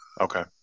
okay